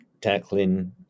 tackling